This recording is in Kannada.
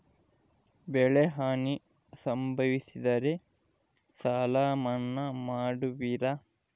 ಬೆಳೆಹಾನಿ ಸಂಭವಿಸಿದರೆ ಸಾಲ ಮನ್ನಾ ಮಾಡುವಿರ?